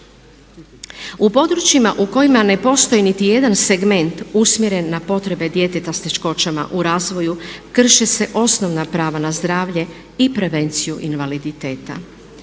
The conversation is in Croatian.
U područjima u kojima ne postoji niti jedan segment usmjeren na potrebe djeteta s teškoćama u razvoju krše se osnovna prava na zdravlje i prevenciju invaliditeta.